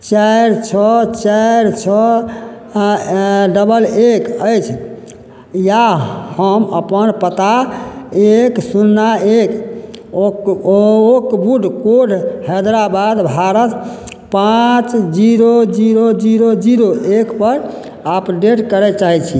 चारि छओ चारि छओ डबल एक अछि या हम अपन पता एक शून्ना एक ओकवुड कोड हैदराबाद भारत पाँच जीरो जीरो जीरो जीरो एक पर अपडेट करै चाहै छी